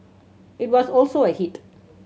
it was also a hit